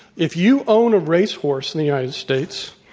if you own a racehorse in the united states,